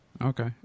Okay